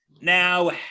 Now